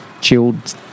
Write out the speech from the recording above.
chilled